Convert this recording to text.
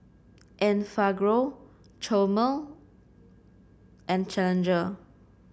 Enfagrow Chomel and Challenger